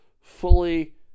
fully